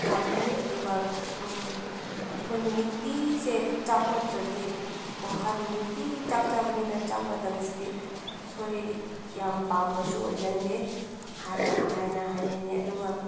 ꯈꯜꯂꯤ ꯑꯗꯨꯒ ꯑꯩꯈꯣꯏꯅ ꯅꯤꯡꯇꯤꯁꯦ ꯆꯥꯛ ꯅꯠꯇ꯭ꯔꯗꯤ ꯋꯥꯈꯜ ꯅꯨꯡꯇꯤꯒꯤ ꯆꯥꯛ ꯆꯥꯕꯅꯤꯅ ꯆꯥꯛ ꯅꯠꯇꯕꯁꯤꯗꯤ ꯑꯩꯈꯣꯏ ꯌꯥꯝ ꯄꯥꯝꯕꯁꯨ ꯑꯣꯏꯒꯟꯗꯦ ꯍꯥꯏꯅ ꯍꯥꯏꯅꯤꯡꯉꯦ ꯑꯗꯨꯒ